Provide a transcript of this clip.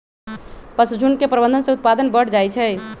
पशुझुण्ड के प्रबंधन से उत्पादन बढ़ जाइ छइ